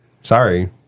Sorry